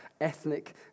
ethnic